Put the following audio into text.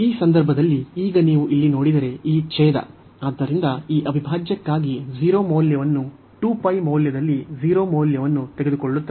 ಈ ಸಂದರ್ಭದಲ್ಲಿ ಈಗ ನೀವು ಇಲ್ಲಿ ನೋಡಿದರೆ ಈ ಛೇದ ಆದ್ದರಿಂದ ಈ ಅವಿಭಾಜ್ಯಕ್ಕಾಗಿ 2 π ಮೌಲ್ಯದಲ್ಲಿ 0 ಮೌಲ್ಯವನ್ನು ತೆಗೆದುಕೊಳ್ಳುತ್ತದೆ